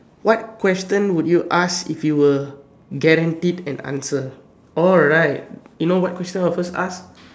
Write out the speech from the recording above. what question would you ask if you were guaranteed an answer all right you know what question I'll first ask